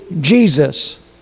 Jesus